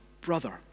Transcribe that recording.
brother